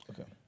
Okay